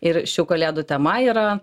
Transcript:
ir šių kalėdų tema yra